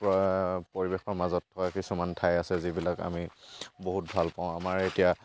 পৰিৱেশৰ মাজত হোৱা কিছুমান ঠাই আছে যিবিলাক আমি বহুত ভাল পাওঁ আমাৰ এতিয়া